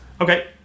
okay